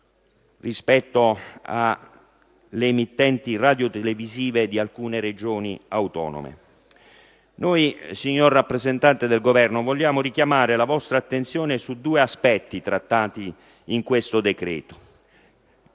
per le emittenti radiotelevisive di alcune Regioni autonome. Noi, signor rappresentante del Governo, vogliamo richiamare la vostra attenzione su due aspetti trattati in questo decreto.